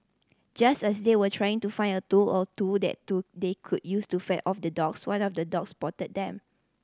just as they were trying to find a tool or two that do they could use to fend off the dogs one of the dogs spotted them